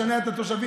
לשנע את התושבים.